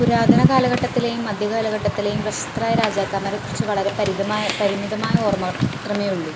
പുരാതന കാലഘട്ടത്തിലെയും മദ്ധ്യ കാലഘട്ടത്തിലേയും പ്രശസ്തരായ രാജാക്കന്മാരെക്കുറിച്ച് വളരെ പരിമിതമായ പരിമിതമായ ഓർമ്മകൾ മാത്രമേ ഉള്ളു